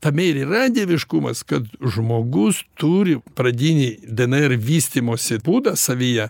tame ir yra dieviškumas kad žmogus turi pradinį dnr vystymosi būdą savyje